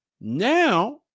now